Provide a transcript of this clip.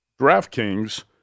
DraftKings